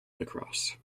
lacrosse